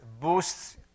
boosts